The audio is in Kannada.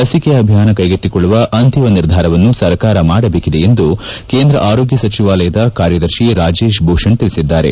ಲಸಿಕೆ ಅಭಿಯಾನ ಕೈಗೆತ್ತಿಕೊಳ್ಳುವ ಅಂತಿಮ ನಿರ್ಧಾರವನ್ನು ಸರ್ಕಾರ ಮಾಡಬೇಕಿದೆ ಎಂದುಕೇಂದ್ರ ಆರೋಗ್ಯ ಸಚಿವಾಲಯದ ಕಾರ್ಯದರ್ಶಿ ರಾಜೇಶ್ ಭೂಷಣ್ ತಿಳಿಸಿದ್ದಾರೆ